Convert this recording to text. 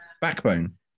Backbone